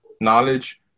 knowledge